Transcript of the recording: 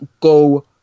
go